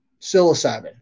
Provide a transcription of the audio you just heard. psilocybin